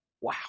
Wow